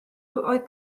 oedd